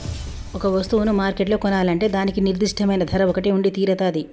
ఒక వస్తువును మార్కెట్లో కొనాలంటే దానికి నిర్దిష్టమైన ధర ఒకటి ఉండితీరతాది